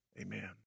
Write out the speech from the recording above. Amen